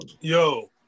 Yo